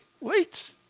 Wait